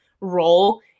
role